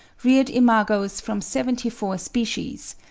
reared imagos from seventy four species,